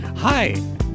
Hi